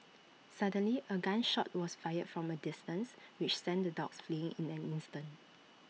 suddenly A gun shot was fired from A distance which sent the dogs fleeing in an instant